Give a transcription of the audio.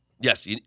Yes